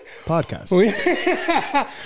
podcast